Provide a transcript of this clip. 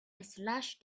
slash